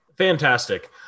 Fantastic